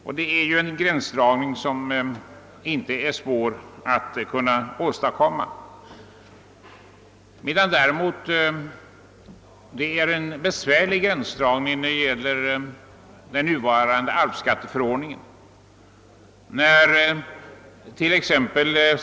Gränsdragningen härvidlag är inte svår att åstadkomma, medan däremot gränsdragningen enligt den nuvarande arvsskatteförordningen är mycket besvärlig.